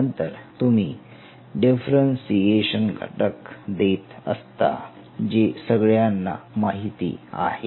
नंतर तुम्ही डिफरेन्ससीएशन घटक देत असता जे सगळ्यांना माहिती आहे